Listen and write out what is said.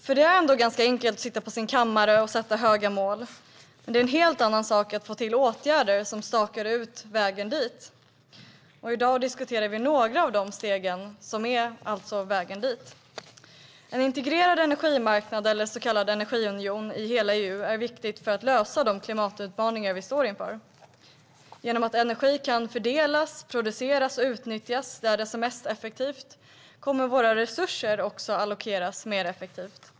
För det är enkelt att sitta på sin kammare och sätta höga mål, men det är en helt annan sak att få till åtgärder som stakar ut vägen dit. I dag diskuterar vi några av stegen på den vägen. En integrerad energimarknad, eller så kallad energiunion, i hela EU är viktigt för att lösa de klimatutmaningar vi står inför. Genom att energi kan fördelas, produceras och utnyttjas där det är som mest effektivt kommer våra resurser också att allokeras mer effektivt.